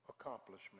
accomplishment